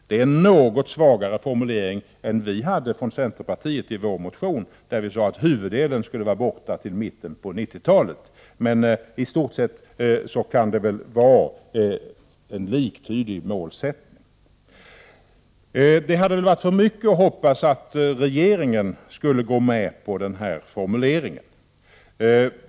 Det är en något svagare formulering än vi från centerpartiet hade i vår motion, där vi sade att huvuddelen skulle vara borta till mitten av 90-talet. I stort sett kan det betraktas som en liktydig målsättning. Det vore att hoppas för mycket att regeringen skulle gå med på denna formulering.